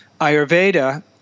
Ayurveda